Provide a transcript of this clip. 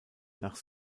nach